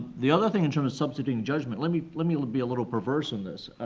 the other thing in terms of substituting judgment, let me let me be a little perverse on this,